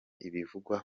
ibivugwa